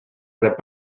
rep